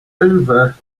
over